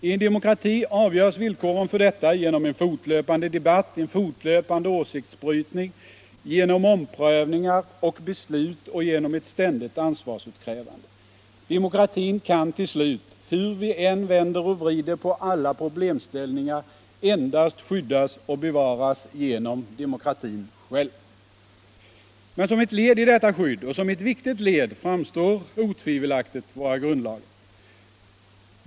I en demokrati avgöres villkoren för detta genom en fortlöpande debatt, en fortlöpande åsiktsbrytning, genom omprövningar och beslut och genom ett ständigt ansvarsutkrävande. Demokratin kan till slut — hur vi än vänder och vrider på alla problemställningar — endast skyddas och bevaras genom demokratin själv. Men som ett led i detta skydd — och som ett viktigt led — framstår — Nr 149 otvivelaktigt våra grundlagar.